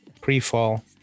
pre-fall